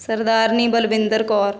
Sardarni Balwinder Kaur